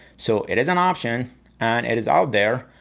so it is an option and it is out there.